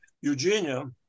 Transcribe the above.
Eugenia